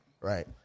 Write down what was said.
Right